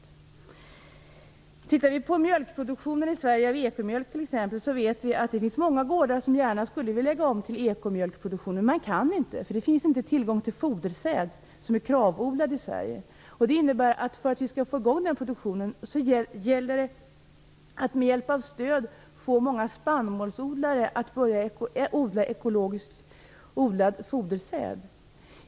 Om vi t.ex. tittar på produktionen av ekomjölk i Sverige vet vi att det finns många gårdar som gärna skulle vilja lägga om till ekomjölkproduktion men som inte kan eftersom det inte finns tillgång till fodersäd som är KRAV-odlad i Sverige. För att vi skall få i gång den produktionen gäller det att med hjälp av stöd få många spannmålsodlare att börja odla ekologiskt odlad fodersäd.